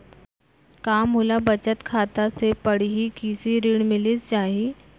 का मोला बचत खाता से पड़ही कृषि ऋण मिलिस जाही?